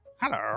Hello